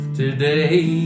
today